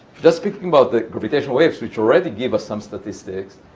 just speaking about the gravitational waves, which already give us some statistics,